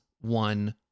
one